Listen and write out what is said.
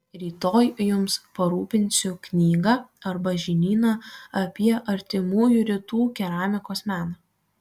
rytoj jums parūpinsiu knygą arba žinyną apie artimųjų rytų keramikos meną